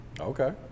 Okay